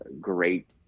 great